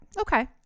Okay